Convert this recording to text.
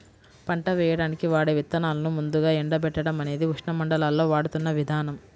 పంట వేయడానికి వాడే విత్తనాలను ముందుగా ఎండబెట్టడం అనేది ఉష్ణమండలాల్లో వాడుతున్న విధానం